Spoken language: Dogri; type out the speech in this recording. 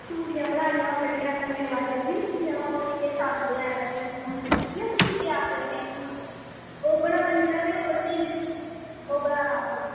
चूड़ियां बनानियां ओह् जेह्ड़ियां नमें रबाजै दी नीं होंदियां ओह् जि'नेंगी किश आखदे हैन गलिचयां पता नीं केह् आखदे उ'नेंगी ओह् बनानियां ते होर बी ओह् बनाना